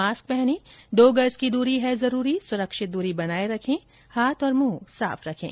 mask पहनें दो गज़ की दूरी है जरूरी सुरक्षित दूरी बनाए रखें हाथ और मुंह साफ रखें